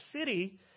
city